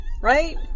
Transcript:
Right